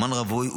בשומן רווי,